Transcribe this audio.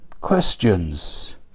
questions